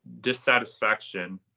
dissatisfaction